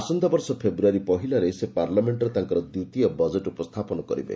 ଆସନ୍ତାବର୍ଷ ଫେବୃୟାରୀ ପହିଲାରେ ସେ ପାର୍ଲାମେଣ୍ଟରେ ତାଙ୍କର ଦ୍ୱିତୀୟ ବଜେଟ୍ ଉପସ୍ଥାପନ କରିବେ